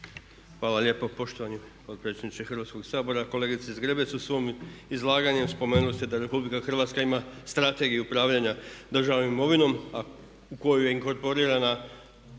Hvala lijepo poštovani potpredsjedniče Hrvatskog sabora, kolegice Zgrebec. U svom izlaganju spomenuli ste da Republika Hrvatska ima Strategiju upravljanja državnom imovinom a u koju je inkorporirana